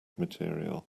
material